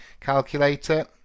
calculator